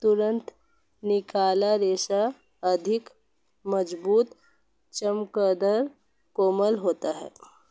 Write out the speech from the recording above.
तुरंत निकाला रेशा अधिक मज़बूत, चमकदर, कोमल होता है